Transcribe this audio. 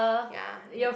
ya